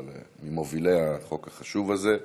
אבל הוא ממובילי החוק החשוב הזה.